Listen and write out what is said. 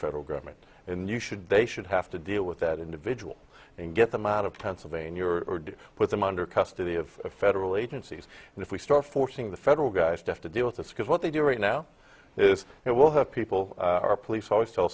federal government and you should they should have to deal with that individual and get them out of pennsylvania or put them under custody of the federal agencies and if we start forcing the federal guys stuff to deal with this because what they do right now is it will have people our police always tell